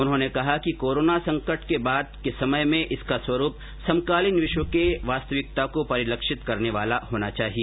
उन्होंने कहा कि कोरोना संकट के बाद के समय में इसका स्वरूप समकालीन विश्व के वास्तविकता को परीलक्षित करने वाला होना चाहिए